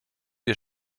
wir